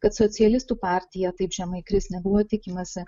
kad socialistų partija taip žemai kris nebuvo tikimasi